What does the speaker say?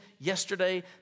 yesterday